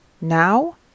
Now